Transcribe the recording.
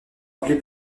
appelés